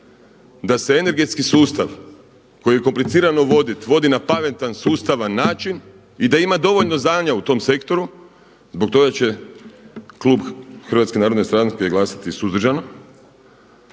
da se energetski sustav koji je komplicirano vodit, vodi na pametan sustava način i da ima dovoljno znanja u tom sektoru, zbog toga će klub HNS-a glasati suzdržano,